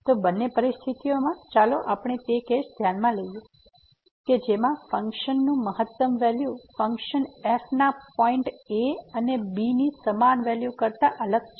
તો બંને પરિસ્થિતિઓમાં ચાલો આપણે તે કેસ ધ્યાનમાં લઈએ કે જેમાં ફંક્શનનું મહત્તમ વેલ્યુ ફંક્શન f ના પોઈન્ટ a અને b ની સમાન વેલ્યુ કરતા અલગ છે